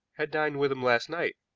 had dined with him last night.